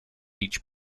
each